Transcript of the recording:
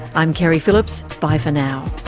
i'm keri phillips. bye for now